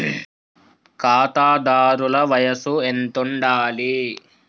ఖాతాదారుల వయసు ఎంతుండాలి?